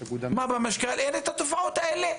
מה, במשכ"ל אין את התופעות האלה?